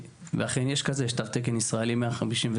ואכן יש כזה, יש תו תקן ישראלי 158,